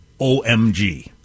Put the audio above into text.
OMG